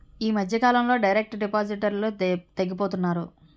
ఈ మధ్యకాలంలో డైరెక్ట్ డిపాజిటర్లు తగ్గిపోతున్నారు